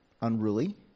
unruly